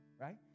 right